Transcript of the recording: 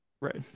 Right